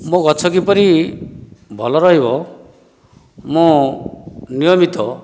ମୋ ଗଛ କିପରି ଭଲ ରହିବ ମୁଁ ନିୟମିତ